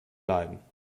leiden